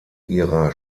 ihrer